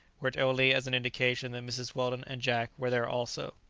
were it only as an indication that mrs. weldon and jack were there also.